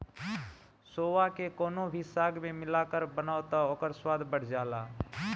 सोआ के कवनो भी साग में मिला के बनाव तअ ओकर स्वाद बढ़ जाला